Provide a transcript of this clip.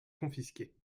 confisqués